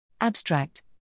Abstract